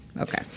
Okay